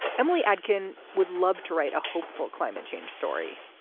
emily adkison would love to write a hopeful climate change story.